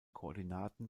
koordinaten